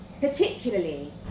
particularly